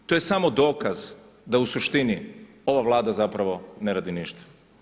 To je samo dokaz da u suštini ova vlada zapravo ne radi ništa.